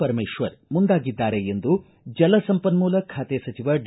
ಪರಮೇಶ್ವರ್ ಮುಂದಾಗಿದ್ದಾರೆ ಎಂದು ಜಲಸಂಪನೂಲ ಖಾತೆ ಸಚಿವ ಡಿ